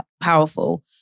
powerful